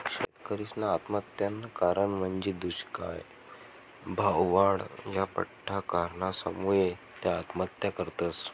शेतकरीसना आत्महत्यानं कारण म्हंजी दुष्काय, भाववाढ, या बठ्ठा कारणसमुये त्या आत्महत्या करतस